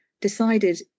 decided